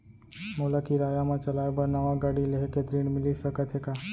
मोला किराया मा चलाए बर नवा गाड़ी लेहे के ऋण मिलिस सकत हे का?